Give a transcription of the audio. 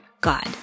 God